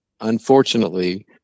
unfortunately